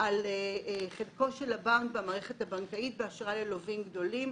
על חלקו של הבנק במערכת הבנקאית באשראי ללווים גדולים.